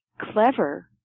clever